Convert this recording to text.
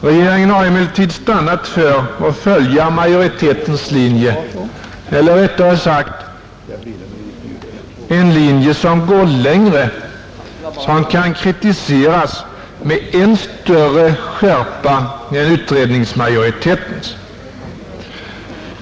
Regeringen har emellertid stannat för att följa majoritetens linje eller rättare sagt en linje som går längre och som kan kritiseras med än större skärpa än utredningsmajoritetens förslag.